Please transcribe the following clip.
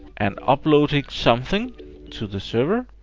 and uploading something to the server.